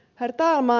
herr talman